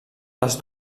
les